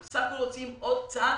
אנחנו רוצים עוד קצת